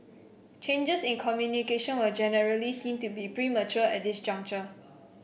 changes in communication were generally seen to be premature at this juncture